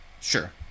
sure